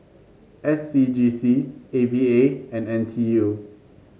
S C G C A V A and N T U